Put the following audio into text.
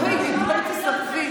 בואי תיסחפי.